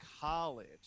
college